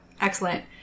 Excellent